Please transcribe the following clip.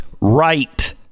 right